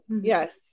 Yes